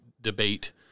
debate